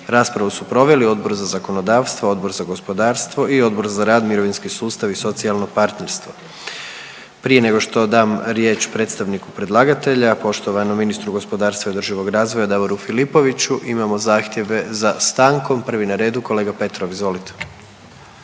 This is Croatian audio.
Raspravu su proveli Odbor za zakonodavstvo, Odbor za gospodarstvo i Odbor za rad, mirovinski sustav i socijalno partnerstvo. Prije nego što dam riječ predstavniku predlagatelja poštovanom ministru gospodarstva i održivog razvoja Davoru Filipoviću imamo zahtjeve za stankom. Prvi na redu kolega Petrov, izvolite.